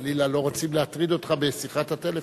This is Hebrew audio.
חלילה לא רוצים להטריד אותך בשיחת הטלפון.